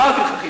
אמרתי לך,